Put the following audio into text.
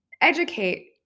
educate